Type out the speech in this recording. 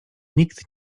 nikt